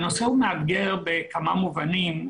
הנושא מאתגר בכמה מובנים.